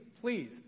please